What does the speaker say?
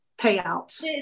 payouts